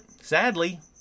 sadly